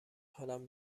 حالم